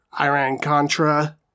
Iran-Contra